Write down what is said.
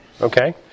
Okay